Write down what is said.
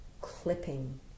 clipping